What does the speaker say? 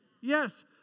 Yes